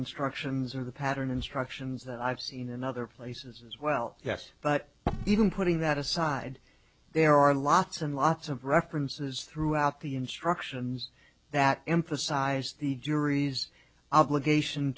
instructions or the pattern instructions that i've seen in other places as well yes but even putting that aside there are lots and lots of references throughout the instructions that emphasize the jury's obligation